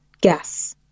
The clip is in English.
gas